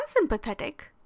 Unsympathetic